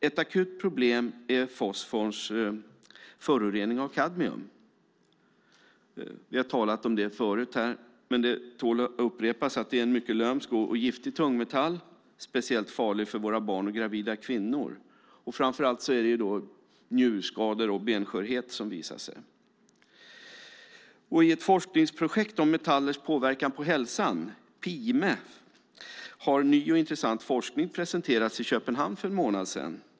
Ett akut problem är fosforns förorening av kadmium. Vi har talat om det förut här, men det tål att upprepas att det är en mycket lömsk och giftig tungmetall som är speciellt farlig för våra barn och gravida kvinnor. Framför allt är det njurskador och benskörhet som visar sig. I ett forskningsprojekt om metallers påverkan på hälsan, PHIME, har ny och intressant forskning presenterats i Köpenhamn för en månad sedan.